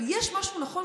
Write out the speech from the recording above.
אבל יש משהו נכון,